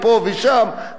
את זה הם עושים,